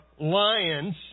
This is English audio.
lions